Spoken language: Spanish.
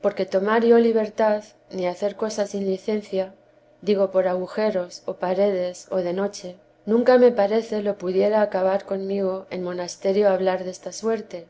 porque tomar yo libertad ni hacer cosa sin licencia digo por agujeros o paredes o de noche nuncame parece lo pudiera acabar conmigo en monasterio hablar desta suerte